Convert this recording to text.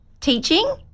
teaching